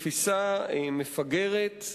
בתפיסה מפגרת,